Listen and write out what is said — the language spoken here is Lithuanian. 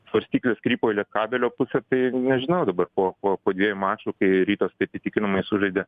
svarstyklės krypo į lietkabelio pusę tai nežinau dabar po po dviejų mačų kai rytas taip įtikinamai sužaidė